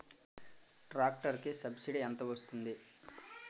Tractor కి subsidy ఎంత వస్తుంది?